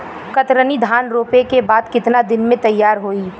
कतरनी धान रोपे के बाद कितना दिन में तैयार होई?